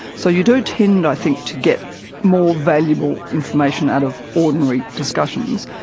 so you do tend i think to get more valuable information out of ordinary discussions.